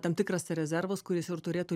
tam tikras rezervas kuris ir turėtų